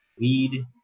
weed